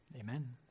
amen